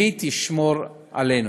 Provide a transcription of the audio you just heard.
והיא תשמור עלינו.